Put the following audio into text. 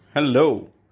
Hello